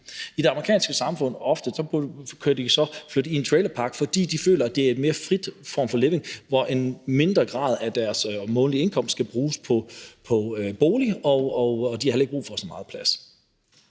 I det amerikanske samfund flytter de så ofte i en trailerpark, fordi de føler, at det er et mere frit liv, hvor en mindre grad af deres månedlige indkomst skal bruges på bolig, og de har heller ikke brug for så meget plads.